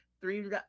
three